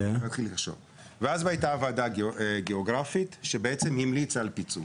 היתה אז ועדה גיאוגרפית שהמליצה על פיצול.